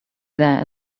there